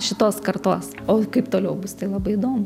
šitos kartos o kaip toliau bus tai labai įdomu